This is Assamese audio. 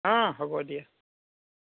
অঁঁ হ'ব দিয়া